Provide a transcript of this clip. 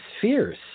fierce